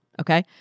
okay